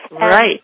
Right